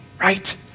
right